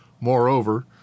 Moreover